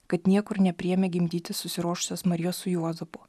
kad niekur nepriėmė gimdyti susiruošusios marijos su juozapu